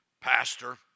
Pastor